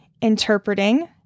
interpreting